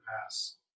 pass